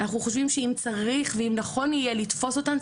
אנחנו חושבים שאם צריך ונכון יהיה לתפוס אותם,